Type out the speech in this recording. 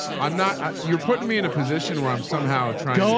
i'm not, you're putting me in a position where i'm somehow trying.